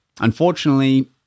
unfortunately